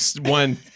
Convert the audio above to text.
One